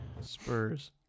Spurs